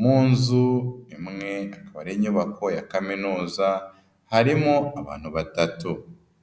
Mu nzu imwe aakaba ari inyubako ya kaminuza, harimo abantu batatu,